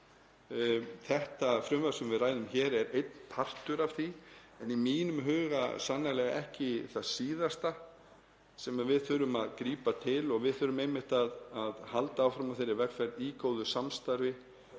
Þetta frumvarp sem við ræðum hér er einn partur af því en í mínum huga er það sannarlega ekki það síðasta sem við þurfum að grípa til. Við þurfum einmitt að halda áfram á þeirri vegferð í góðu samstarfi